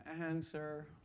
answer